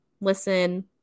listen